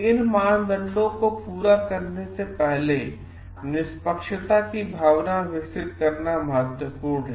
इन मानदंडों को पूरा करने से पहले निष्पक्षता की भावना विकसित करना महत्वपूर्ण है